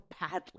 badly